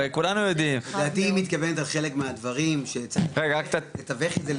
הרי כולנו יודעים --- לדעתי היא מתכוונת על חלק מהדברים לתווך את זה.